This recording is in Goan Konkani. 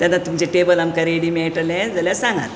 तेन्ना तुमचें टेबल आमकां रेडी मेळटलें जाल्यार सांगात